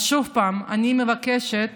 אז שוב, אני מבקשת